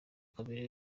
kamere